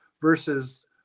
versus